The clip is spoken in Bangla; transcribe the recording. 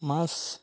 মাছ